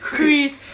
chris